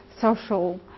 social